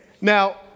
now